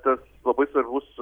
tas labai svarbus